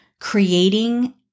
creating